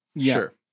Sure